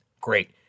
Great